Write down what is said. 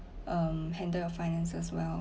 um handle your finances well